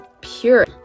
pure